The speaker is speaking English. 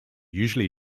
usually